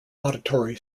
auditory